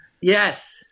Yes